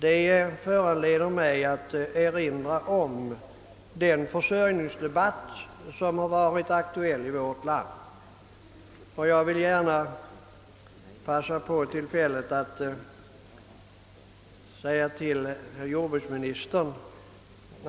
Detta föranleder mig att erinra om den försörjningsdebatt som varit aktuell i vårt land. Jag vill gärna ta tillfället i akt att på denna punkt säga några ord till jordbruksministern.